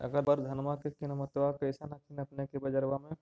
अबर धानमा के किमत्बा कैसन हखिन अपने के बजरबा में?